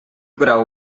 grau